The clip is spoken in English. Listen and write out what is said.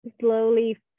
slowly